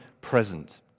present